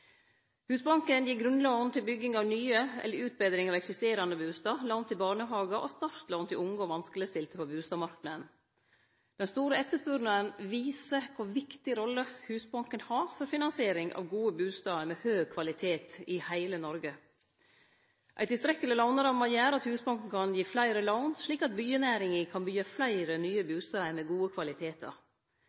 Husbanken gir grunnlån til bygging av nye eller utbetring av eksisterande bustader, lån til barnehagar og startlån til unge og vanskelegstilte på bustadmarknaden. Den store etterspurnaden viser kor viktig rolle Husbanken har for finansiering av gode bustader med høg kvalitet i heile Noreg. Ei tilstrekkeleg låneramme gjer at Husbanken kan gi fleire lån, slik at byggjenæringa kan byggje fleire nye bustader med gode kvalitetar.